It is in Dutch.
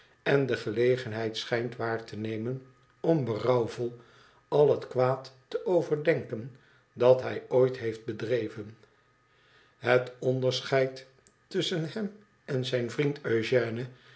en de gelegenheid schijnt waar te nemen om berouwvol al het kwaad te overdenken dat hij ooit heeft bedreven het onderscheid tusschen hem en zijn vriend